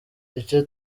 icyo